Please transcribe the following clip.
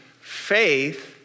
faith